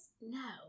No